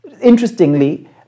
Interestingly